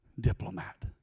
diplomat